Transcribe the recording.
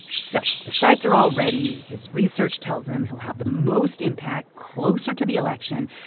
so the sites are all ready. his research tells him he'll have the most impact closer to the election.